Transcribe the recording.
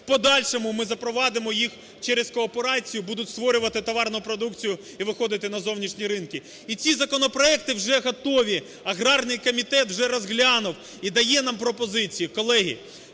в подальшому ми запровадимо їх через кооперацію, будуть створювали товарну продукцію і виходити на зовнішні ринки. І ці законопроекти вже готові, аграрний комітет вже розглянув і дає нам пропозицію.